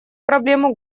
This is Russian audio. проблему